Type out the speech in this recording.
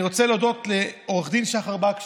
אני רוצה להודות לעו"ד שחר בקשי,